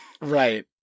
Right